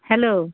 hello